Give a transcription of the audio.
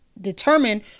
determine